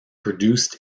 produced